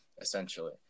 essentially